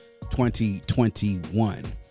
2021